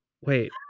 wait